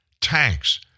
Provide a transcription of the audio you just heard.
tanks